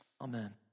Amen